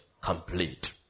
complete